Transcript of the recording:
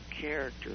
character